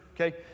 Okay